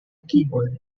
keyboard